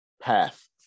path